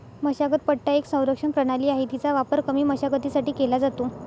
मशागत पट्टा एक संरक्षण प्रणाली आहे, तिचा वापर कमी मशागतीसाठी केला जातो